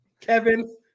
Kevin